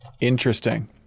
Interesting